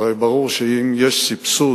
הרי ברור שאם יש סבסוד,